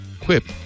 Quip